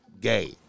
gay